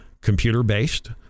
computer-based